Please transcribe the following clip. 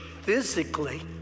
physically